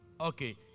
Okay